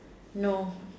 no